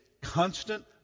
constant